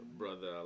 brother